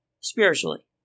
spiritually